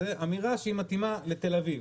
זה אמירה שהיא מתאימה לתל אביב,